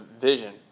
vision